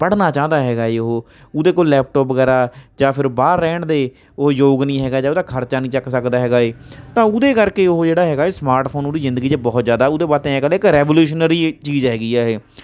ਪੜ੍ਹਨਾ ਚਾਹੁੰਦਾ ਹੈਗਾ ਹੈ ਉਹ ਉਹਦੇ ਕੋਲ ਲੈਪਟੋਪ ਵਗੈਰਾ ਜਾਂ ਫਿਰ ਬਾਹਰ ਰਹਿਣ ਦੇ ਉਹ ਯੋਗ ਨਹੀਂ ਹੈਗਾ ਜਾਂ ਉਹਦਾ ਖਰਚਾ ਨਹੀਂ ਚੱਕ ਸਕਦਾ ਹੈਗਾ ਇਹ ਤਾਂ ਉਹਦੇ ਕਰਕੇ ਉਹ ਜਿਹੜਾ ਹੈਗਾ ਸਮਾਰਟਫੋਨ ਉਹਦੀ ਜ਼ਿੰਦਗੀ 'ਚ ਬਹੁਤ ਜ਼ਿਆਦਾ ਉਹਦੇ ਵਾਸਤੇ ਐਂ ਕਹਿੰਦੇ ਇੱਕ ਰੈਵੋਲਊਸ਼ਨਰੀ ਚੀਜ਼ ਹੈਗੀ ਆ ਇਹ